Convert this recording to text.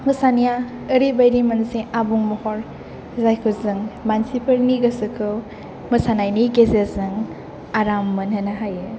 मोसानाया ओरैबायदि मोनसे आबुं महर जायखौ जों मानसिफोरनि गोसोखौ मोसानायनि गेजेरजों आराम मोनहोनो हायो